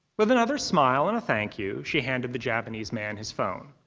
with another smile and a thank you, she handed the japanese man his phone.